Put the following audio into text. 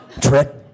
Trick